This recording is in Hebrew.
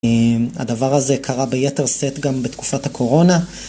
הדבר הזה קרה ביתר סט גם בתקופת הקורונה.